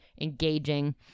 engaging